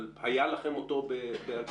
אבל היה לכם אותו ב-2016?